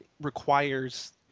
requires